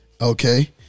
Okay